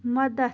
مَدتھ